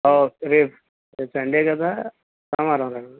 okay రెప్ రేపు Sunday కదా సోమారం రండి